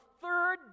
third